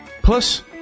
Plus